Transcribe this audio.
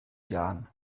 jahren